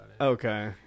Okay